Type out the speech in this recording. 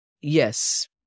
yes